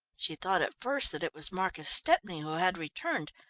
she thought at first that it was marcus stepney who had returned,